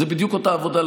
זו בדיוק אותה עבודה,